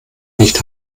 nicht